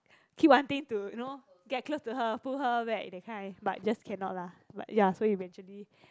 keep wanting to you know get close to her pull her back that kind but just cannot lah like ya so eventually